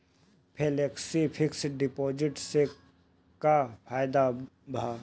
Flexi fix deposit से का फायदा भा?